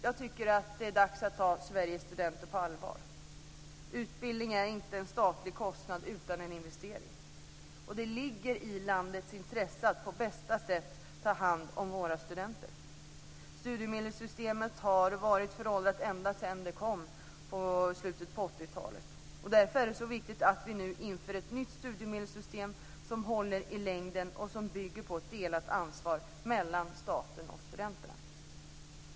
Jag tycker att det är dags att ta Sveriges studenter på allvar. Utbildning är inte en statlig kostnad utan en investering. Det ligger i landets intresse att vi på bästa sätt tar hand om våra studenter. Studiemedelssystemet har varit föråldrat ända sedan det kom i slutet på 80-talet. Därför är det så viktigt att vi nu inför ett nytt studiemedelssystem som håller i längden och som bygger på ett delat ansvar mellan staten och studenterna.